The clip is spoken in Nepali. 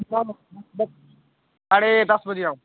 साढे दस बजी आउँछ